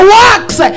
works